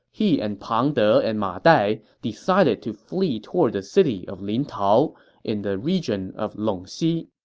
he and pang de and ma dai decided to flee toward the city of lintao in the region of longxi